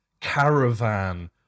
caravan